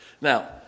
Now